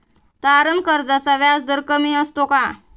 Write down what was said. तारण कर्जाचा व्याजदर कमी असतो का?